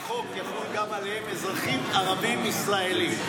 החוק יחול גם על אזרחים ערבים ישראלים?